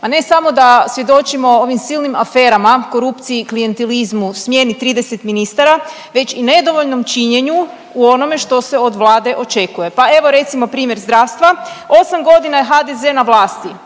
Ma ne samo da svjedočimo ovim silnim aferama, korupciji, klijatelizmu, smjeni 30 ministara, već i nedovoljnom činjenju u onome što se od Vlade očekuje. Pa evo recimo primjer zdravstva, 8.g. je HDZ na vlasti,